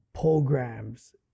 programs